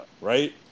right